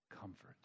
comfort